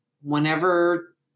whenever